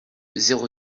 zéro